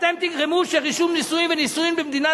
אתם תגרמו שרישום נישואים ונישואים במדינת